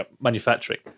manufacturing